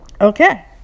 okay